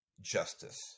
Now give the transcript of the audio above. justice